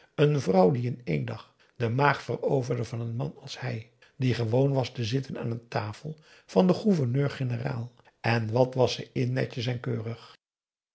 een vrouw die in één dag de maag veroverde van een man als hij die gewoon was te zitten aan een tafel van den gouverneur-generaal en wat was ze in netjes en keurig